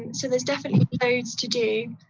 and so there's definitely loads to do.